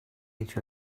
each